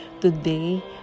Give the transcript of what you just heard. Today